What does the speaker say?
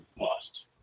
lost